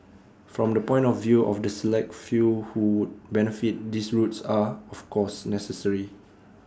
from the point of view of the select few who benefit these routes are of course necessary